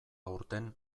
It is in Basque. aurten